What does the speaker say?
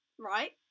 right